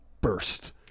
burst